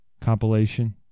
compilation